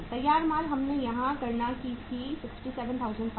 तैयार माल हमने यहां गणना की थी 67500